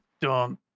dumb